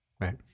right